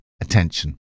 attention